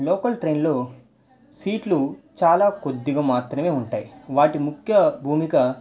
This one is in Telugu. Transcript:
లోకల్ ట్రైన్లో సీట్లు చాలా కొద్దిగా మాత్రమే ఉంటాయి వాటి ముఖ్య భూమిక